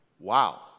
Wow